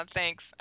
Thanks